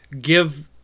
give